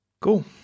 Cool